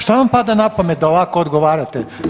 Šta vam pada napamet da ovako odgovarate?